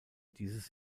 dieses